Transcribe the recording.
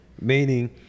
Meaning